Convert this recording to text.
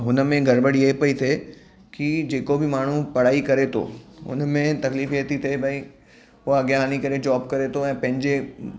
हुनमें गड़बड़ इहा पई थिए की जेको बि माण्हू पढ़ाई करे थो उनमें तकलीफ़ इहा थी थिए भई उहे अॻियां हली करे जॉब करे थो ऐं पंहिंजे